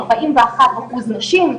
ארבעים ואחד אחוז נשים.